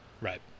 Right